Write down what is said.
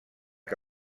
que